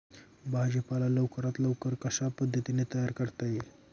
भाजी पाला लवकरात लवकर कशा पद्धतीने तयार करता येईल?